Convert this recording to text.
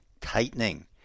tightening